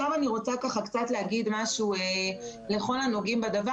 אני רוצה לומר משהו לכל הנוגעים בדבר